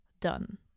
done